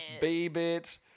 B-Bit